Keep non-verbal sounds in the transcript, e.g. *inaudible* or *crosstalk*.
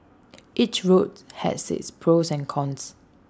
*noise* each route has its pros and cons